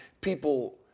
people